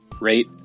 rate